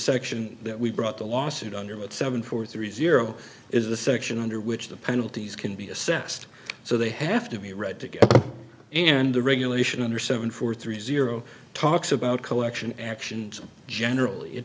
section that we brought the lawsuit under with seven four three zero is the section under which the penalties can be assessed so they have to be read together and the regulation under seven four three zero talks about collection actions generally it